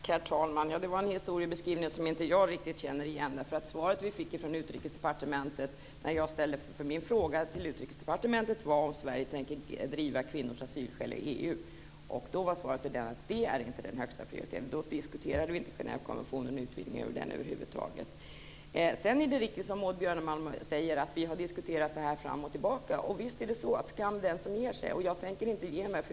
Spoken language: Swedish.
Herr talman! Det var en historieskrivning som jag inte riktigt känner igen. Svaret från Utrikesdepartementet när jag ställde min fråga om Sverige tänker driva kvinnors asylskäl i EU var att det inte var den högsta prioriteringen. Då diskuterade vi inte Genèvekonventionen och utvidgningen av den över huvud taget. Det är riktigt, som Maud Björnemalm säger, att vi har diskuterat det här fram och tillbaka. Och skam den som ger sig! Jag tänker inte ge mig.